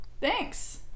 Thanks